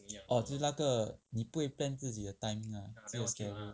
orh 就那个你不会 plan 自己的 timing lah 做 scape